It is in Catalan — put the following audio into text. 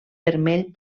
vermell